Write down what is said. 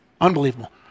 Unbelievable